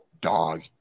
dog